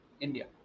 India